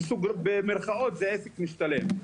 במירכאות זה עסק משתלם.